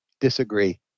disagree